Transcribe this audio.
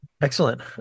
Excellent